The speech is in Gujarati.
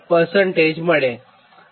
34 મળે